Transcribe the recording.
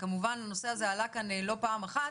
וכמובן שהנושא הזה עלה כאן לא פעם אחת,